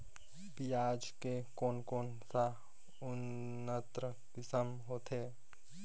पियाज के कोन कोन सा उन्नत किसम होथे?